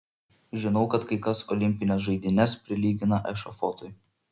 žinau kad kai kas olimpines žaidynes prilygina ešafotui